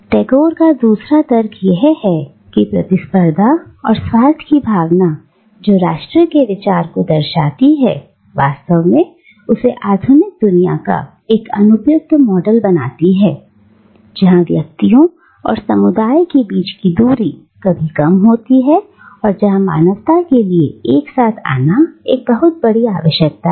टैगोर का दूसरा तर्क यह है कि प्रतिस्पर्धा और स्वार्थ की भावना जो राष्ट्रीय के विचार को दर्शाती है वास्तव में उसे आधुनिक दुनिया के लिए एक अनुपयुक्त मॉडल बनाती है जहां व्यक्तियों और समुदायों के बीच की दूरी कभी कम होती है और जहां मानवता के लिए एक साथ आना एक बहुत बड़ी आवश्यकता है